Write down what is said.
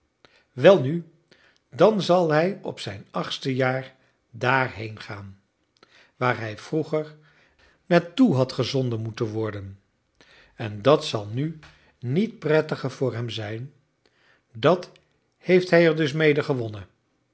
welnu dan zal hij op zijn achtste jaar dààrheen gaan waar hij vroeger naar toe had gezonden moeten worden en dat zal nu niet prettiger voor hem zijn dat heeft hij er dus mede gewonnen